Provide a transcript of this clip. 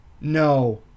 No